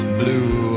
blue